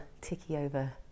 ticky-over